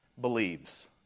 believes